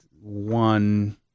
one